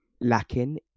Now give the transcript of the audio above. lacking